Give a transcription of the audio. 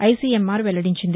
ICMR వెల్లడించింది